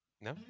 No